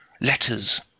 Letters